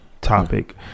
topic